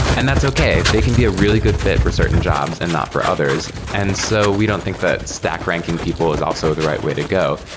and that's okay. they can be a really good fi t for certain jobs and not for others. and so we don't think that stack ranking people is also the right way to go.